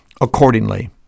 accordingly